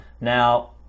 now